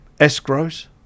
escrows